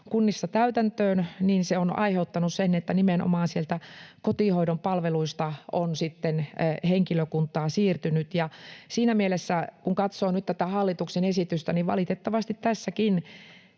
kunnissa täytäntöön, niin se on aiheuttanut sen, että nimenomaan sieltä kotihoidon palveluista on sitten henkilökuntaa siirtynyt. Siinä mielessä, kun katsoo nyt tätä hallituksen esitystä, valitettavasti tässäkin